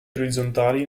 orizzontali